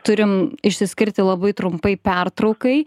turim išsiskirti labai trumpai pertraukai